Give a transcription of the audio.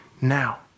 now